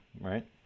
right